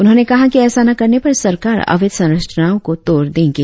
उन्होंने कहा कि ऎसा ना करने पर सरकार अवैध संरचनाओं को तोड़ देंगे